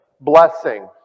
blessing